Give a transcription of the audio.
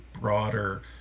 broader